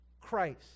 Christ